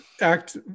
act